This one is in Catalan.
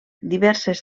diverses